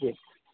جی